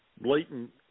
blatant